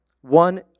one